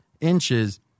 inches